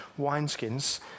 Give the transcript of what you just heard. wineskins